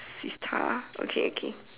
this is tough okay okay